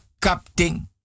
captain